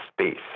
space